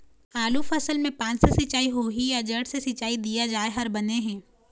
आलू फसल मे पान से सिचाई होही या जड़ से सिचाई दिया जाय हर बने हे?